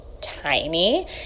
tiny